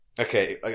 okay